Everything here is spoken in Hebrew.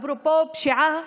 אפרופו פשיעה,